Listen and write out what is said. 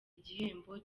igihembo